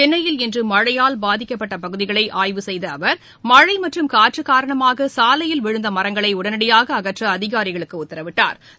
சென்னையில் இன்று மழையால் பாதிக்கப்பட்ட பகுதிகளை ஆய்வு செய்த அவர் மழை மற்றும் காற்று காரணமாக சாலையில் விழுந்த மரங்களை உடனடியாக அகற்ற அதிகாரிகளுக்கு உத்தரவிட்டாா்